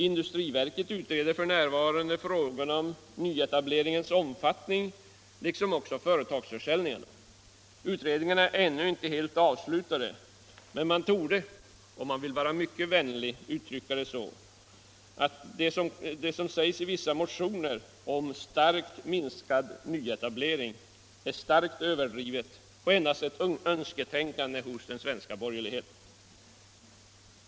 Industriverket utreder f. n. frågorna om nyetableringens omfattning liksom också företagsförsäljningarna. Utredningarna är ännu inte helt avslutade, men man torde - om man vill vara mycket vänlig — kunna uttrycka det så att de i vissa motioner framförda påståendena om kraftigt minskad nyetablering är starkt överdrivna och endast utgör önsketänkande hos borgerligheten.